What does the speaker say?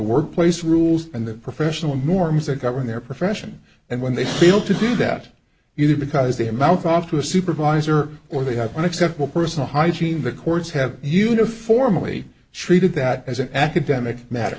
workplace rules and the professional norms are govern their profession and when they feel to do that either because the amount off to a supervisor or they have an acceptable personal hygiene the courts have uniformly treated that as an academic matter